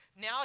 Now